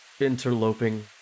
interloping